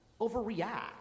overreact